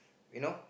you know